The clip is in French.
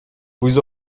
vous